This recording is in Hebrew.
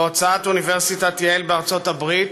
בהוצאת אוניברסיטת ייל בארצות-הברית,